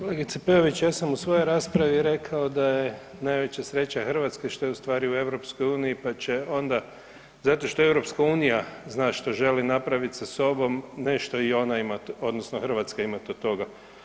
Kolegice Peović, ja sam u svojoj raspravi rekao da je najveća sreća Hrvatske što je ustvari u EU-u pa će onda zato što EU zna što želi napraviti sa sobom, nešto i ona imat odnosno Hrvatska imat od toga.